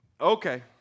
Okay